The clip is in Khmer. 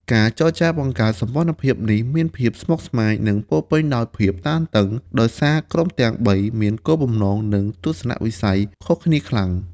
ការចរចាបង្កើតសម្ព័ន្ធភាពនេះមានភាពស្មុគស្មាញ និងពោរពេញដោយភាពតានតឹង ដោយសារក្រុមទាំងបីមានគោលបំណង និងទស្សនៈវិស័យខុសគ្នាខ្លាំង។